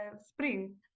spring